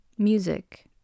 music